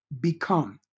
Become